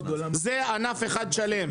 זה ענף אחד שלם.